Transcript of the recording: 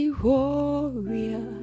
warrior